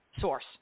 source